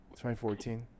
2014